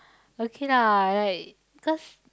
okay lah like cause